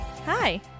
Hi